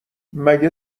مگه